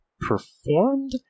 performed